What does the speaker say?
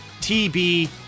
TB